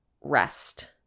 rest